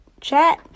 chat